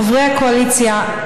חברי הקואליציה,